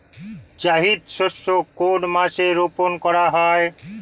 জায়িদ শস্য কোন মাসে রোপণ করা হয়?